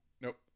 Nope